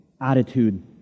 attitude